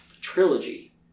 Trilogy